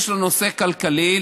יש לו נושא כלכלי,